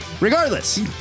Regardless